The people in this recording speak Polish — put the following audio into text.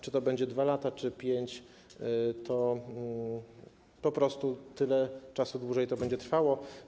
Czy to będą 2 lata, czy 5 lat, to po prostu tyle czasu dłużej to będzie trwało.